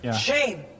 Shame